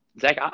Zach